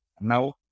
now